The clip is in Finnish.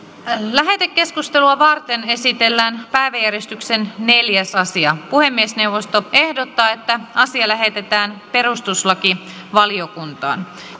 lähetekeskustelua varten esitellään päiväjärjestyksen neljäs asia puhemiesneuvosto ehdottaa että asia lähetetään perustuslakivaliokuntaan